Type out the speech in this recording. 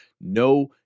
no